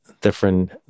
different